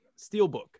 Steelbook